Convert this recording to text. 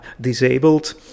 disabled